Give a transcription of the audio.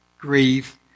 grieve